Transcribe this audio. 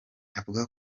avuga